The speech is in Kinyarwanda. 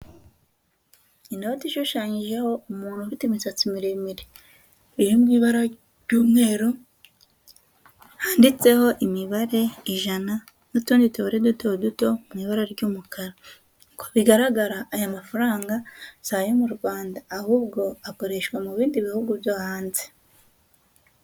Inoti ishushanyijeho umuntu ufite imisatsi miremire, iri ni ibara ry'umweru, handitseho imibare ijana n'utundi tubare duto duto mu ibara ry'umukara, ko bigaragara aya mafaranga si ayo mu Rwanda ahubwo akoreshwa mu bindi bihugu byo hanze.